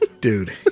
dude